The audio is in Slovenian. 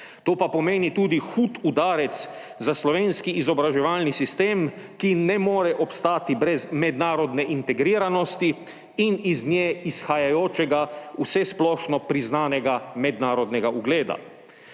To pa pomeni tudi hud udarec za slovenski izobraževalni sistem, ki ne more obstati brez mednarodne integriranosti in iz nje izhajajočega, vsesplošno priznanega mednarodnega ugleda.